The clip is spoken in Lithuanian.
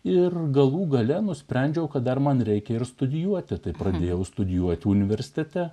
ir galų gale nusprendžiau kad dar man reikia ir studijuoti tai pradėjau studijuoti universitete